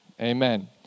Amen